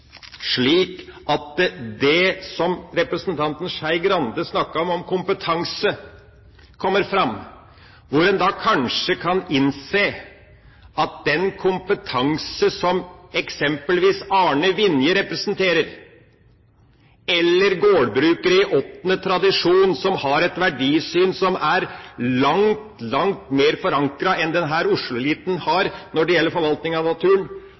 slik at det som representanten Skei Grande snakket om, kompetanse, kommer fram, og at en kanskje kan innse at eksempelvis Arne Vinje og den kompetanse som han representerer, eller gårdbrukere i åttende generasjon, som har et verdisyn som er langt, langt mer forankret enn det denne Oslo-eliten har når det gjelder forvaltning av naturen,